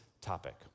topic